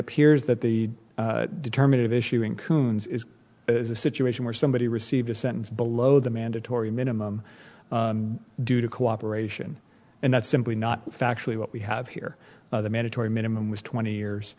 appears that the determinative issuing koons is a situation where somebody received a sentence below the mandatory minimum due to cooperation and that's simply not factually what we have here the mandatory minimum was twenty years